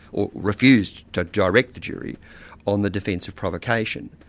or refused to direct the jury on the defence of provocation.